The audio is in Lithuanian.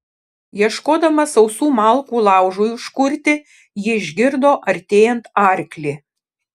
ieškodama sausų malkų laužui užkurti ji išgirdo artėjant arklį